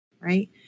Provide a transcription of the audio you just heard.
right